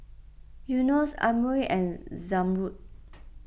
Yunos Amirul and Zamrud